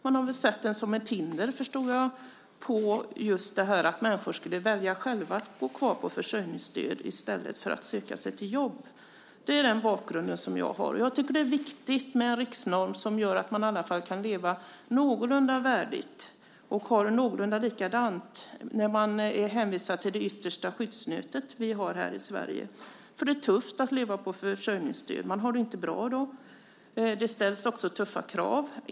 Man har väl sett den som ett hinder, förstår jag: Människor skulle själva välja att gå kvar på försörjningsstöd i stället för att söka sig till jobb. Det är den bakgrunden som jag har. Jag tycker att det är viktigt med en riksnorm som gör att man i alla fall kan leva någorlunda värdigt och ha det någorlunda likadant när man är hänvisad till det yttersta skyddsnätet som vi har här i Sverige. Det är tufft att leva på försörjningsstöd. Man har det inte bra då. Det ställs också tuffa krav.